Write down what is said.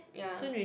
ya